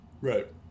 Right